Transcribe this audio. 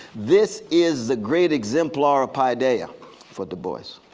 this is the great exemplar of paideia for du bois,